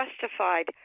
justified